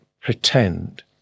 pretend